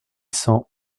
cents